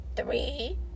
three